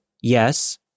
yes